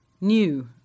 new